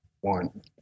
One